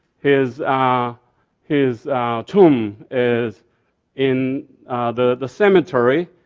his ah his tomb is in the the cemetery,